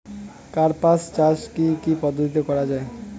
কার্পাস চাষ কী কী পদ্ধতিতে করা য়ায়?